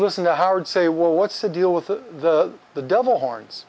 listen to howard say well what's the deal with the the devil horns